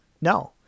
no